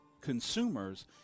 consumers